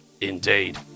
Indeed